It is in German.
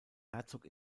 herzog